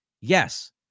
yes